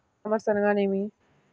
ఈ కామర్స్ అనగానేమి?